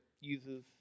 uses